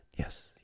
Yes